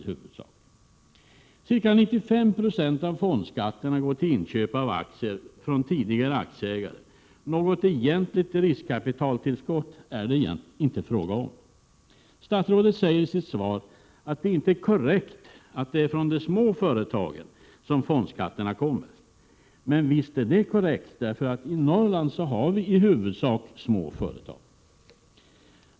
betydelsefö, Ca 95 Yo av fondskatterna går till inköp av aktier från tidigare aktieägare. ety z f <n Något egentligt riskkapitaltillskott är det inte fråga om TÄGNESIBRER 4 Norrlandslänen Statsrådet säger i sitt svar att det inte är korrekt att fondskatterna i huvudsak tagits ut från de små företagen. Men visst är det korrekt, för i Norrland har vi i huvudsak små företag.